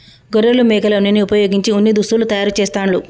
గొర్రెలు మేకల ఉన్నిని వుపయోగించి ఉన్ని దుస్తులు తయారు చేస్తాండ్లు